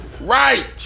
right